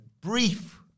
brief